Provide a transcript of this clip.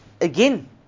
Again